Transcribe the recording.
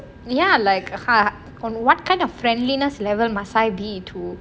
ya like err on what kind of friendliness level must I be too